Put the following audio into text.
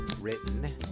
written